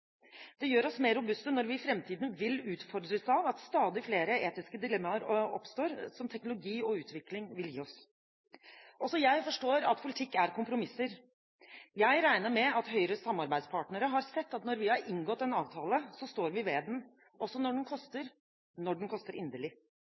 Det gjør oss mer robuste når vi i framtiden vil utfordres av at stadig flere etiske dilemmaer oppstår som teknologi og utvikling vil gi oss. Også jeg forstår at politikk er kompromisser. Jeg regner med at Høyres samarbeidspartnere har sett at når vi har inngått en avtale, står vi ved den, også når det koster, når den